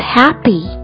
happy